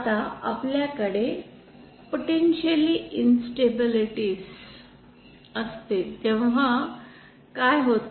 आता आपल्याकडे potentially instabilities असते तेव्हा काय होते